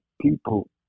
people